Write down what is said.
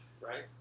right